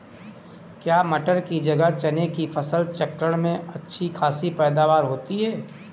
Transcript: क्या मटर की जगह चने की फसल चक्रण में अच्छी खासी पैदावार होती है?